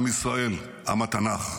עם ישראל, עם התנ"ך.